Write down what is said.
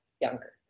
younger